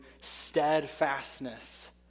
steadfastness